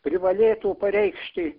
privalėtų pareikšti